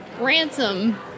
Ransom